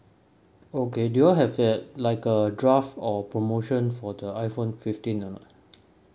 okay do you all have that like a draft or promotion for the iphone fifteen or not